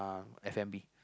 F-and-B